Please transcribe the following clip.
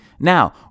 Now